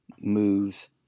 moves